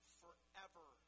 forever